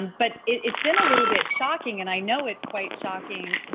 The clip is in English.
but it's been a little bit shocking and i know it's quite shocking,